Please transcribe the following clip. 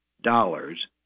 dollars